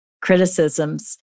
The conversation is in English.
criticisms